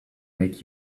make